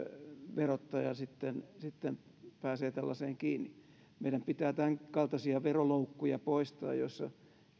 verottaja sitten sitten pääsee tällaiseen kiinni meidän pitää poistaa tämänkaltaisia veroloukkuja joissa